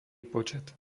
počet